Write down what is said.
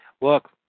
look